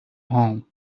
home